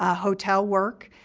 ah hotel work,